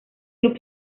club